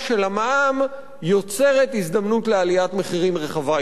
המע"מ יוצרת הזדמנות להעלאת מחירים רחבה יותר.